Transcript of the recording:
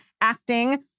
acting